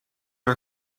are